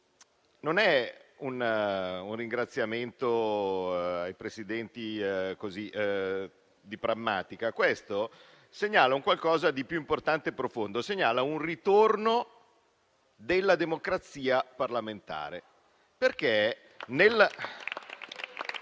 Questo ringraziamento ai Presidenti non è di prammatica, ma segnala un qualcosa di più importante e profondo: segnala un ritorno della democrazia parlamentare.